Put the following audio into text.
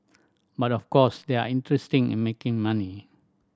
but of course they are interesting in making money